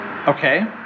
Okay